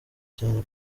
cyane